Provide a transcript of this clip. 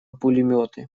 пулеметы